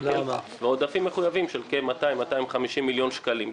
פלוס עודפים מחויבים של כ-200 250 מיליון שקלים,